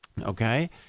Okay